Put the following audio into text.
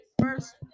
first